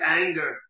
anger